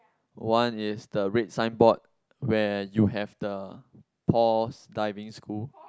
one is the red sign board where you have the Paul's Diving School